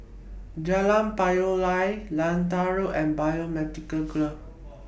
Jalan Payoh Lai Lentor Road and Biomedical Grove